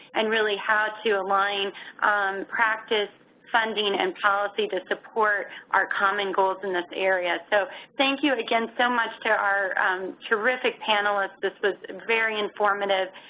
and really, how to align practice, funding and policy to support our common goals in this area. so, thank you and again so much to our terrific panelists. this was very informative.